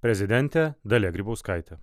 prezidentė dalia grybauskaitė